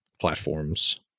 platforms